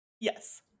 Yes